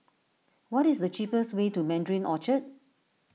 what is the cheapest way to Mandarin Orchard